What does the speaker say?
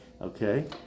okay